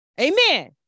Amen